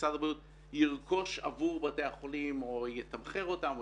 שמשרד הבריאות ירכוש עבור בתי החולים או יתמחר אותם או